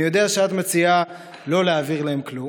אני יודע שאת מציעה לא להעביר להם כלום.